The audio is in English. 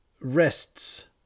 rests